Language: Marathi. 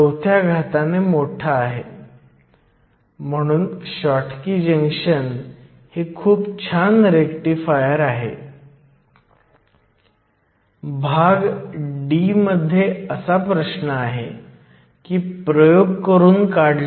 जर तुम्हाला शॉटकी जंक्शन्सची असाइनमेंट आठवत असेल तर आपल्याकडे मेटल सेमीकंडक्टर जंक्शन्सची अशीच एक्सप्रेशन होती त्याशिवाय स्थिर बाहेरील समोरचे वेगळे मूल्य थर्मिओनिक उत्सर्जनावर अवलंबून असते परंतु आता येथे एक pn जंक्शन आहे